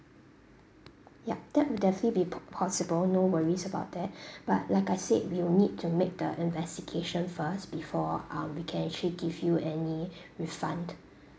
ya that would definitely be possible no worries about that but like I said we'll need to make the investigation first before uh we can actually give you any refund